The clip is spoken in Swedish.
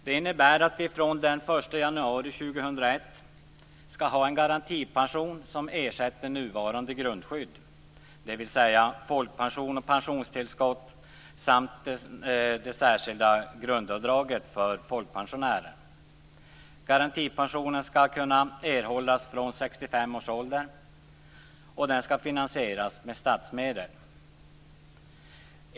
Det innebär att vi från den 1 januari Garantipensionen skall kunna erhållas från 65 års ålder. Den skall finansieras med statsmedel.